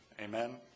Amen